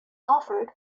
offered